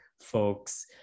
folks